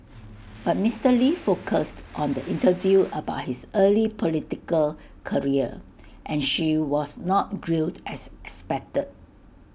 but Mister lee focused on the interview about his early political career and she was not grilled as expected